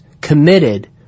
committed